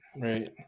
Right